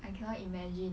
I cannot imagine